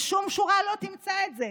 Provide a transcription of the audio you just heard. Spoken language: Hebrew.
בשום שורה לא תמצא את זה.